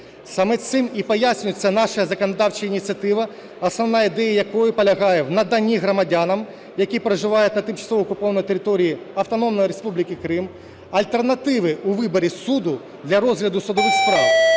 Саме цим і пояснюється наша законодавча ініціатива, основна ідея якої полягає в наданні громадянам, які проживають на тимчасово окупованій території Автономної Республіки Крим, альтернативи у виборі суду для розгляду судових справ.